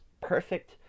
perfect